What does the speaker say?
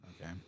Okay